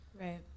Right